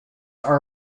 are